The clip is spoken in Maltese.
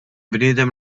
bniedem